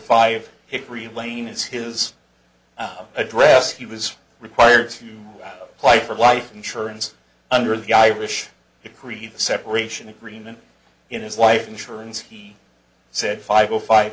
as his address he was required to apply for life insurance under the irish cream separation agreement in his life insurance he said five o five